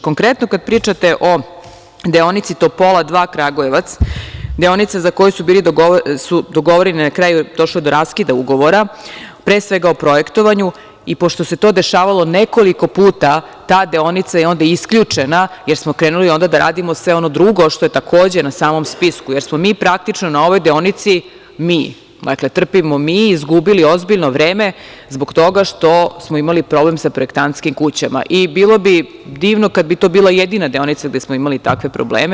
Konkretno kada pričate o deonici Topola 2 – Kragujevac, deonice gde je došlo na kraju do raskida ugovora, pre svega, o projektovanju i pošto se dešavalo nekoliko puta to, ta deonica je onda isključena, jer smo krenuli da radimo sve ono drugo što je takođe na samom spisku, jer smo mi praktično na ovoj deonici, dakle, trpimo mi, izgubili ozbiljno vreme, zbog toga što smo imali problem sa projektantskim kućama i bilo bi divno kada bi to bila jedina deonica gde smo imali takve probleme.